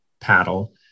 paddle